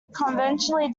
conventionally